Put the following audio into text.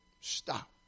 stop